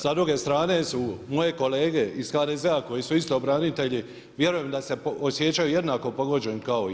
Sa druge strane su moje kolege iz HDZ-a koji su isto branitelji, vjerujem da se osjeća jednako pogođen kao i ja.